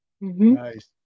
Nice